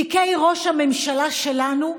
תיקי ראש הממשלה שלנו,